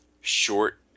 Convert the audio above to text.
Short